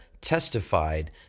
testified